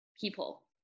people